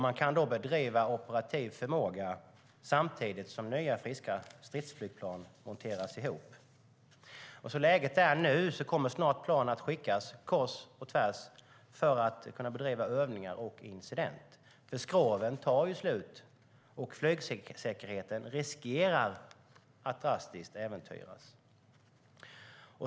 Man kan då bedriva operativ förmåga samtidigt som nya friska stridsflygplan monteras ihop. Som läget är nu kommer planen snart att skickas kors och tvärs för att man ska kunna bedriva övningar och incidentuppgifter. Skroven tar slut, och flygsäkerheten riskerar att drastiskt äventyras.